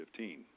2015